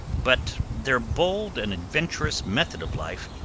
but their bold and adventurous method of life,